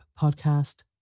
podcast